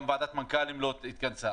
גם ועדת מנכ"לים לא התכנסה,